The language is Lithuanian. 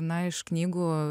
na iš knygų